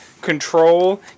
Control